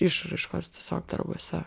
išraiškos tiesiog darbuose